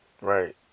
right